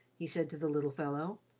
he said to the little fellow,